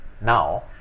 now